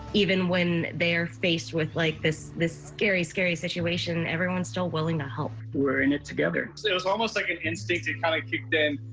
even when they are faced with like this this scary, scary situation, everyone is still willing to help. we're in it together. it's almost like an instinct and kind of kicks in,